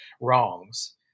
wrongs